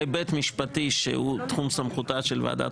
היה היבט משפטי שהוא תחום סמכותה של ועדת